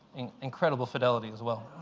in incredible fidelity, as well.